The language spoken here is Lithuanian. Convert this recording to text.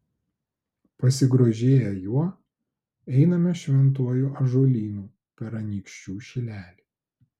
pasigrožėję juo einame šventuoju ąžuolynu per anykščių šilelį